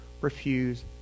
refuse